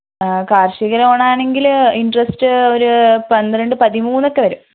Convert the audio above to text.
കാർഷിക ലോണാണെങ്കില് ഇന്ട്രെസ്റ് അവര് പന്ത്രണ്ട് പതിമൂന്നൊക്കെ വരും